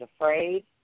afraid